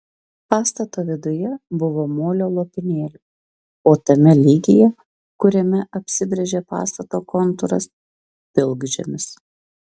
pastato viduje buvo molio lopinėlių o tame lygyje kuriame apsibrėžė pastato kontūras pilkžemis